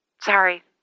Sorry